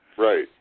Right